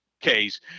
case